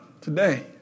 today